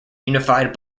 unified